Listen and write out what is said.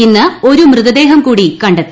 ഇന്ന് ഒരു മൃതദേഹം കൂടി കണ്ടെത്തി